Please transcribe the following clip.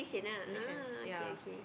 Malaysian ya